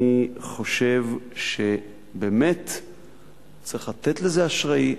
אני חושב שבאמת צריך לתת לזה אשראי,